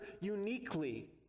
uniquely